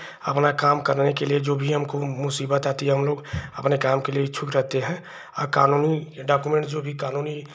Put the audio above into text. अपना काम करने के लिए जो भी हमको मुसीबत आती है हमलोग अपना काम के लिए इच्छुक रहते हैं और कानूनी डॉक्यूमेन्ट जो भी कानूनी